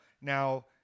Now